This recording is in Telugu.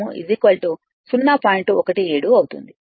17 అవుతుంది